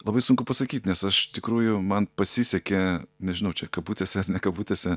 labai sunku pasakyt nes aš tikrųjų man pasisekė nežinau čia kabutėse ar ne kabutėse